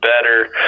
better